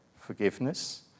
forgiveness